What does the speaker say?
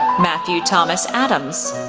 matthew thomas adams,